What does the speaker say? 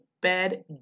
bed